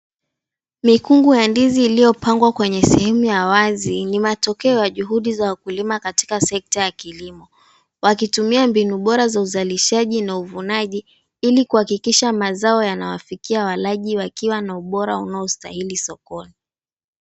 Mikungu ya ndizi iliyopangwa kwenye sehemu ya wazi ni matokeo ya juhudi za wakulima katika sekta ya kilimo wakitumia mbinu bora za uzalishaji na uvunaji ili kuhakikisha mazao yanawafikia walaji wakiwa na ubora unaostahili sokoni.